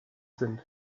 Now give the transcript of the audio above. sind